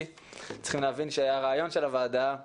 צריכים להבין שהרעיון של הוועדה הוא